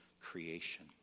creation